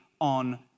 on